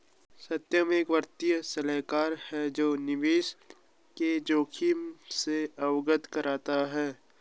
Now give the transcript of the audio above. सत्यम एक वित्तीय सलाहकार है जो निवेश के जोखिम से अवगत कराता है